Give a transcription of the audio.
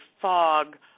fog